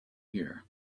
here